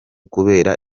kubera